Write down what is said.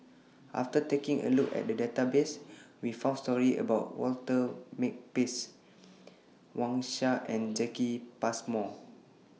after taking A Look At The Database We found stories about Walter Makepeace Wang Sha and Jacki Passmore